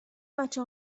بچه